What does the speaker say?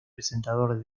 presentador